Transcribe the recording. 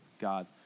God